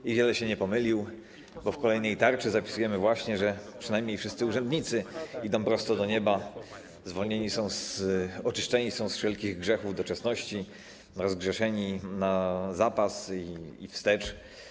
I wiele się nie pomylił, bo w kolejnej tarczy zapisujemy właśnie, że przynajmniej wszyscy urzędnicy idą prosto do nieba, są zwolnieni, oczyszczeni z wszelkich grzechów doczesności, rozgrzeszeni na zapas i wstecz.